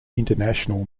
international